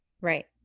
Right